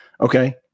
Okay